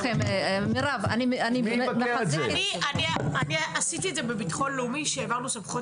אני עשיתי את זה בביטחון לאומי שהעברנו סמכויות